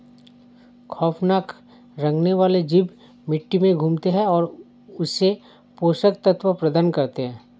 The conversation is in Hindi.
खौफनाक रेंगने वाले जीव मिट्टी में घूमते है और इसे पोषक तत्व प्रदान करते है